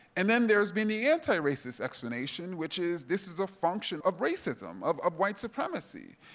and then there's been the anti-racist explanation, which is, this is a function of racism, of of white supremacy,